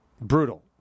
brutal